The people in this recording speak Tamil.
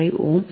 35 ohm